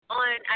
on